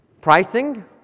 Pricing